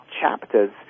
chapters